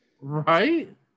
Right